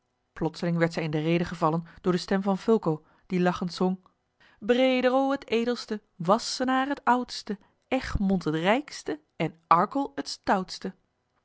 plotseling werd zij in de rede gevallen door de stem van fulco die lachend zong brederoo het edelste wassenaar het oudste egmond het rijkste en arkel het stoutste